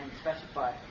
specify